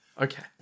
okay